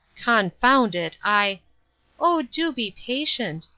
confound it, i oh, do be patient!